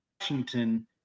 washington